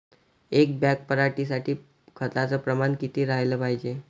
एक बॅग पराटी साठी खताचं प्रमान किती राहाले पायजे?